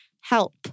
Help